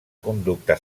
conducta